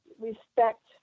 respect